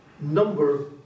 number